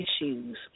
issues